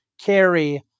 carry